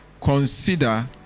consider